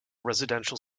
residential